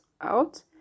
out